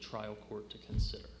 trial court to consider